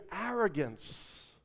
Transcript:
arrogance